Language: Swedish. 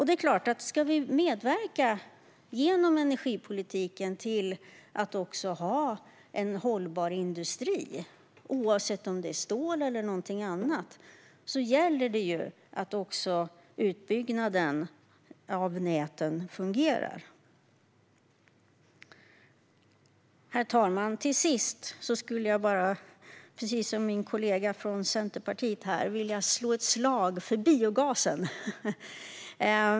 Det är klart att om vi genom energipolitiken ska medverka till en hållbar industri - oavsett om det handlar om stål eller om någonting annat - gäller det ju att även utbyggnaden av näten fungerar. Herr talman! Till sist skulle jag, precis som min kollega från Centerpartiet, vilja slå ett slag för biogasen.